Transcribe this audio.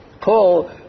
Paul